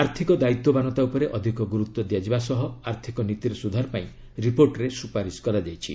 ଆର୍ଥକ ଦାୟିତ୍ୱବାନତା ଉପରେ ଅଧିକ ଗୁରୁତ୍ ଦିଆଯିବା ସହ ଆର୍ଥିକ ନୀତିରେ ସୁଧାର ପାଇଁ ରିପୋର୍ଟରେ ସୁପାରିସ୍ କରାଯାଇଛି